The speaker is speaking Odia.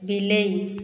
ବିଲେଇ